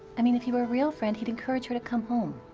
i mean, if he were a real friend, he'd encourage her to come home.